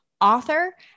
author